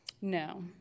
No